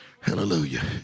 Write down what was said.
Hallelujah